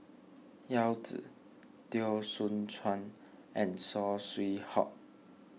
Yao Zi Teo Soon Chuan and Saw Swee Hock